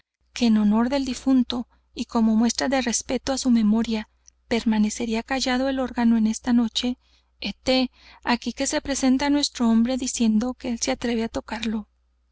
que en honor del difunto y como muestra de respeto á su memoria permanecería callado el órgano en esta noche héte aquí que se presenta nuestro hombre diciendo que él se atreve á tocarlo